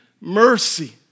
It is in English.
mercy